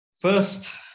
First